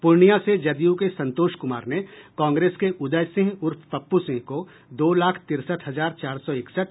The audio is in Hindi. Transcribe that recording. पूर्णिया से जदयू के संतोष कुमार ने कांग्रेस के उदय सिंह उर्फ पप्पू सिंह को दो लाख तिरसठ हजार चार सौ इकसठ